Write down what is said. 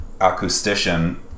acoustician